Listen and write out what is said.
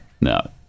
No